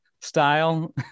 style